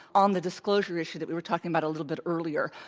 on the disclosure issue that we were talking about a little bit earlier,